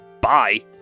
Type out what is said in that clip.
Bye